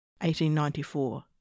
1894